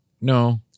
No